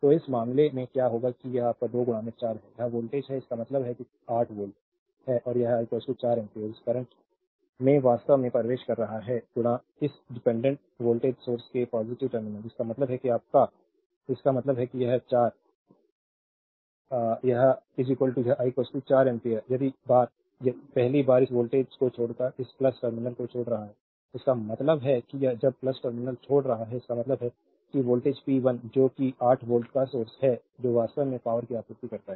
तो इस मामले में क्या होगा कि यह आपका 2 4 है यह वोल्ट है इसका मतलब है यह 8 वोल्ट है और यह I 4 एम्पियर इस करंट में वास्तव में प्रवेश कर रहा है इस डिपेंडेंट वोल्टेज सोर्स के पॉजिटिव टर्मिनल इसका मतलब है आपका इसका मतलब है यह 4 I यह I 4 एम्पीयर पहली बार इस वोल्टेज को छोड़कर इस टर्मिनल को छोड़ रहा है इसका मतलब है जब टर्मिनल छोड़ रहा है इसका मतलब है कि वोल्टेज p1 जो कि 8 वोल्ट का सोर्स है जो वास्तव में पावरकी आपूर्ति करता है